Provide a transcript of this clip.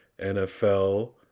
NFL